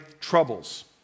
troubles